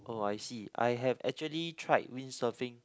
oh I see I have actually tried windsurfing